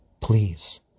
Please